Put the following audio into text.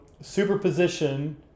superposition